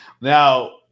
Now